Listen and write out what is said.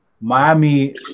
Miami